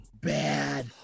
bad